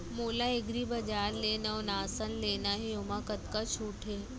मोला एग्रीबजार ले नवनास लेना हे ओमा कतका छूट हे?